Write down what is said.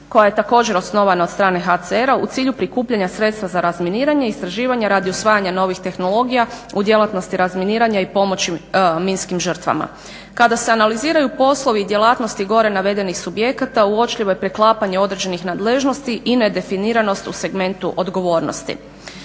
koja je također osnovana od strane HCR-a u cilju prikupljanja sredstva za razminiranje, istraživanje radi usvajanja novih tehnologija u djelatnosti razminiranja i pomoći minskim žrtvama. Kada se analiziraju poslovi i djelatnosti gore navedenih subjekata uočljivo je preklapanje određenih nadležnosti i nedefiniranost u segmentu odgovornosti.